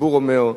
שהציבור אומר,